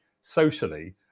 socially